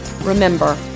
Remember